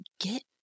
get